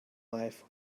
life